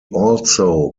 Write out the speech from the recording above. also